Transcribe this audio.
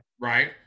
Right